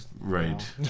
Right